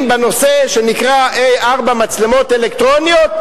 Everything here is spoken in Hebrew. בנושא שנקרא 4A מצלמות אלקטרוניות,